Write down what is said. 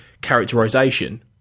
characterisation